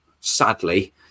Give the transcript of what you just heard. sadly